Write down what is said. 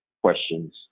questions